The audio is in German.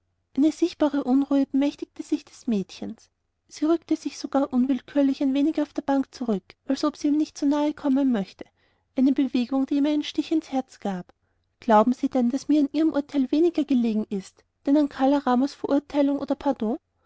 eine sichtbare unruhe bemächtigte sich des mädchens sie rückte sich sogar unwillkürlich ein wenig auf der bank zurück als ob sie ihm nicht zu nahe sein möchte eine bewegung die ihm einen stich ins herz gab glauben sie denn daß mir an ihrem urteil weniger gelegen ist denn an kala ramas verurteilung oder pardon